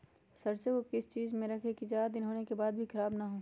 सरसो को किस चीज में रखे की ज्यादा दिन होने के बाद भी ख़राब ना हो?